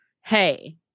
hey